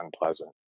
unpleasant